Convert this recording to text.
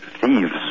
thieves